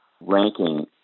ranking